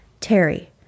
Terry